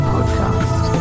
Podcast